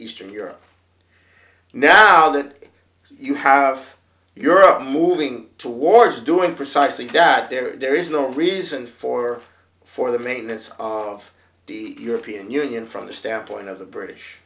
eastern europe now that you have europe moving towards doing precisely that there is no reason for for the maintenance of the european union from the standpoint of the british